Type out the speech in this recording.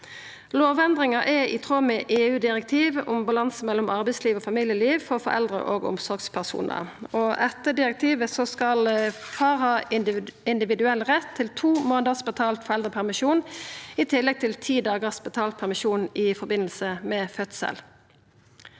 Lovendringa er i tråd med EU-direktivet om balanse mellom arbeidsliv og familieliv for foreldre og omsorgspersonar. Etter direktivet skal far ha individuell rett til to månaders betalt foreldrepermisjon i tillegg til ti dagars betalt permisjon i forbindelse med fødsel.